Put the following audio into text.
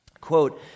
Quote